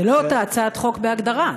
אז זו לא אותה הצעת חוק, בהגדרה.